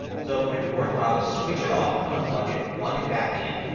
so it may be worthwhile to switch it off or unplug it. plug it back in.